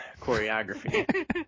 choreography